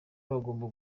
bagomba